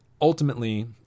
ultimately